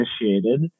initiated